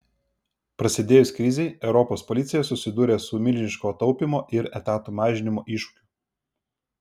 prasidėjus krizei europos policija susidūrė su milžiniško taupymo ir etatų mažinimo iššūkiu